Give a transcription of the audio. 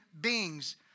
beings